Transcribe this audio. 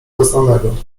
doznanego